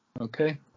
Okay